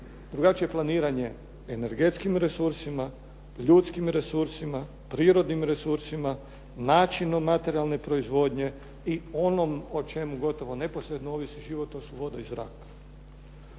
drugačije planiranje energetskim resursima, ljudskim resursima, prirodnim resursima, načinom materijalne proizvodnje i onom o čemu gotovo neposredno ovisi život to su voda i zrak.